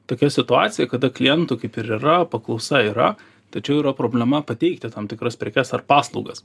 tokia situacija kada klientų kaip ir yra paklausa yra tačiau yra problema pateikti tam tikras prekes ar paslaugas